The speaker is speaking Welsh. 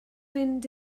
fynd